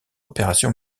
opération